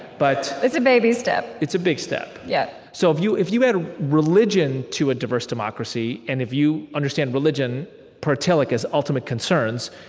but it's a baby step it's a big step yeah so, if you if you add religion to a diverse democracy, and if you understand religion per tillich as ultimate concerns,